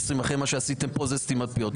אחרי מה שעשיתם כאן, זה סתימת פיות.